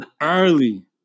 early